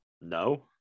no